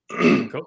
cool